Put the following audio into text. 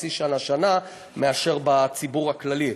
חצי שנה שנה, מאשר בציבור הכללי.